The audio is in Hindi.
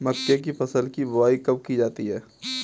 मक्के की फसल की बुआई कब की जाती है?